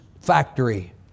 factory